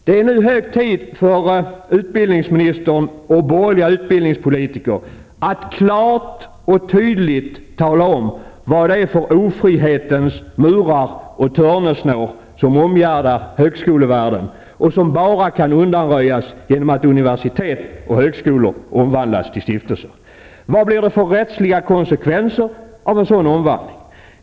Det är nu hög tid för utbildningsministern och borgerliga utbildningspolitiker att klart och tydligt tala om vad det är för ofrihetens murar och törnesnår som omgärdar högskolevärlden, och som bara kan undanröjas genom att universitet och högskolor omvandlas till stiftelser. Vad blir de rättsliga konsekvenserna av en sådan omvandling?